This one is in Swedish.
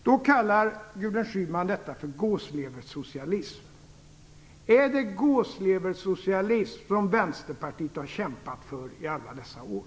Då kallar Gudrun Schyman detta för gåsleversocialism. Är det gåsleversocialism som Vänsterpartiet har kämpat för i alla dessa år?